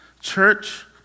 Church